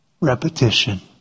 repetition